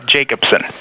Jacobson